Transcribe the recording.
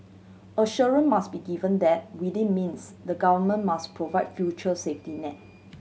assurance must be given that within means the Government must provide future safety net